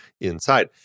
inside